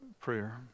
prayer